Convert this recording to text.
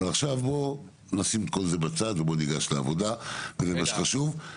אבל עכשיו בוא נשים את כל זה בצד ובוא ניגש לעבודה ולמה שחשוב.